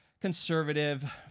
conservative